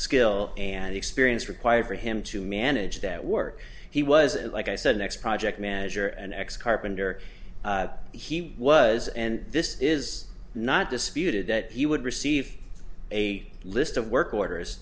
skill and experience required for him to manage that work he was it like i said next project manager an ex carpenter he was and this is not disputed that he would receive a list of work orders